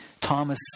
Thomas